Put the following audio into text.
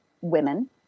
women